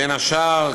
בין השאר,